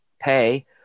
pay